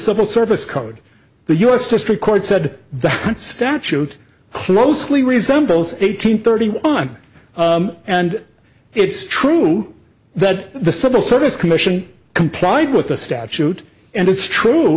civil service code the u s district court said the statute closely resembles eighteen thirty one and it's true that the civil service commission complied with the statute and it's true